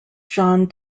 john